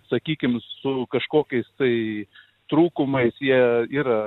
sakykim su kažkokiais tai trūkumais jie yra